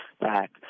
back